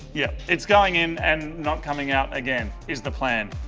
yeah it's going in and not coming out again. is the plan.